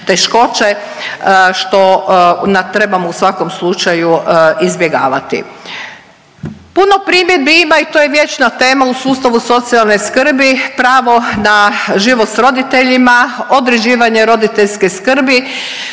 teškoće što trebamo u svakom slučaju izbjegavati. Puno primjedbi ima i to je vječna tema u sustavu socijalne skrbi, pravo na život s roditeljima, određivanje roditeljske skrbi,